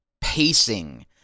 pacing